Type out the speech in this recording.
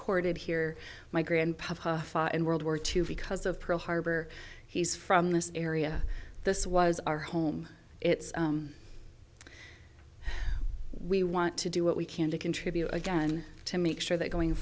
courted here my grandpa in world war two because of pearl harbor he's from this area this was our home it's we want to do what we can to contribute again to make sure that going